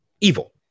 evil